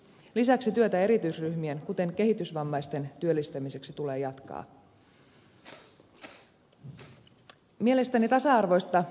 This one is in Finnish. lisäksi työtä erityisryhmien kuten kehitysvammaisten työllistämiseksi tulee jatkaa